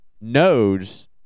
knows